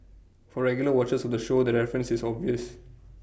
for regular watchers of the show the reference is obvious